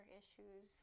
issues